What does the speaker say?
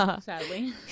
Sadly